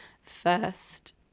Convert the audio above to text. First